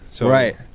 Right